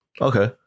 okay